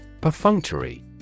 Perfunctory